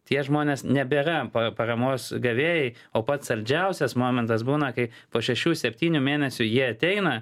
tie žmonės nebėra paramos gavėjai o pats saldžiausias momentas būna kai po šešių septynių mėnesių jie ateina